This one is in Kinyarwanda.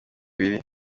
ibiri